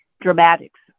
dramatics